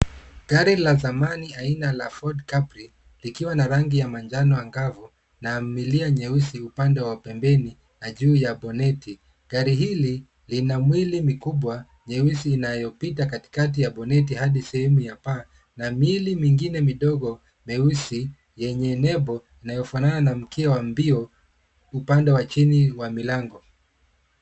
Gari la zamani aina la Ford Capri likiwa na rangi ya manjano angavu na milia nyeusi upande wa pembeni na juu ya boneti. Gari hili lina mwili mikubwa nyeusi inayopita katikati ya boneti hadi sehemu ya paa na miili mingine midogo meusi yenye nembo inayofanana na mkia wa mbio upande wa chini wa milango.